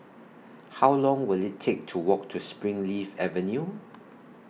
How Long Will IT Take to Walk to Springleaf Avenue